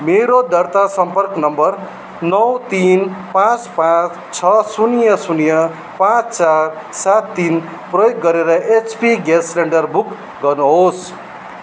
मेरो दर्ता सम्पर्क नम्बर नौ तिन पाँच पाँच छ शून्य शून्य पाँच चार सात तिन प्रयोग गरेर एचपी ग्यास सिलिन्डर बुक गर्नुहोस्